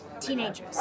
Teenagers